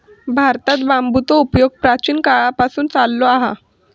भारतात बांबूचो उपयोग प्राचीन काळापासून चाललो हा